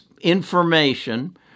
information